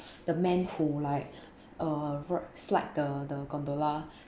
the man who like uh ro~ slide the the gondola